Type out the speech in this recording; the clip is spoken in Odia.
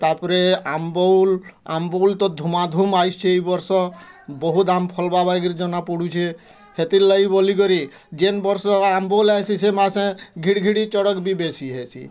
ତାପରେ ଆମ୍ବ୍ ବଉଲ୍ ଆମ୍ବ୍ ବଉଲ୍ ତ ଧୁମା ଧୁମ୍ ଆଇସଛି ଏଇ ବର୍ଷ ବହୁ ଗାମ୍ ଫଲ୍ବା ବାଇ କିରି ଜନା ପଡ଼ୁଛେ ହେତିର୍ ଲାଗି ବୋଲି କରି ଯେନ୍ ବର୍ଷ ଆମ୍ବ୍ ବଉଲ୍ ଆସିଛେ ସେ ମାସେ ଘିଡ଼ି ଘିଡ଼ି ଚଡ଼କ୍ ବି ବେଶୀ ହେସି